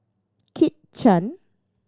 Kit Chan